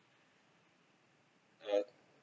that